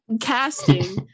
casting